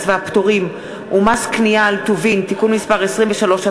והפטורים ומס קנייה על טובין (תיקון מס' 23),